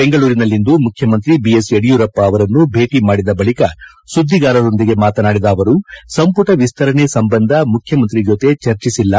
ಬೆಂಗಳೂರಿನಲ್ಲಿಂದು ಮುಖ್ಯಮಂತ್ರಿ ಬಿಎಸ್ ಯಡಿಯೂರಪ್ಪ ಅವರನ್ನು ಭೇಟಿ ಮಾಡಿದ ಬಳಿಕ ಸುದ್ದಿಗಾರರೊಂದಿಗೆ ಮಾತನಾಡಿದ ಅವರು ಸಂಪುಟ ವಿಸ್ತರಣೆ ಸಂಬಂಧ ಮುಖ್ಯಮಂತ್ರಿ ಜೊತೆ ಚರ್ಚಿಸಿಲ್ಲ